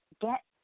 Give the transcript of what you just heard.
get